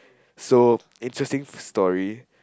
so interesting story